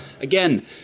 Again